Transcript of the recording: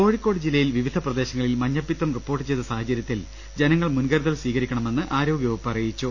കോഴിക്കോട് ജില്ലയിൽ വിവിധ പ്രദേശങ്ങളിൽ മഞ്ഞപ്പിത്തം റിപ്പോർട്ട് ചെയ്ത സാഹചര്യത്തിൽ ജനങ്ങൾ മുൻകരുതൽ സ്വീക രിക്കണമെന്ന് ആരോഗ്യവകുപ്പ് അറിയിച്ചു